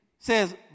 Says